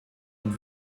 und